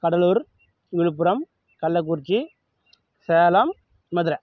Cuddalore Villupuram Kallakurichi Salem Madurai